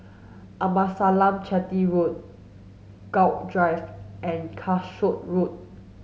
Amasalam Chetty Road Gul Drive and Calshot Road